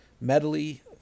medley